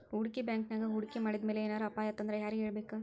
ಹೂಡ್ಕಿ ಬ್ಯಾಂಕಿನ್ಯಾಗ್ ಹೂಡ್ಕಿ ಮಾಡಿದ್ಮ್ಯಾಲೆ ಏನರ ಅಪಾಯಾತಂದ್ರ ಯಾರಿಗ್ ಹೇಳ್ಬೇಕ್?